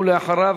ואחריו,